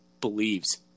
believes